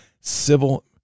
civil